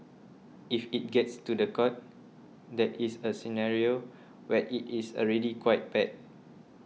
if it gets to the court that is a scenario where it is already quite bad